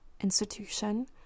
institution